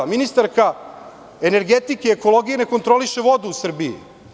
Ministarka energetike, ekologije ne kontroliše vodu u Srbiji.